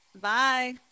bye